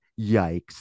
Yikes